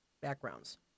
backgrounds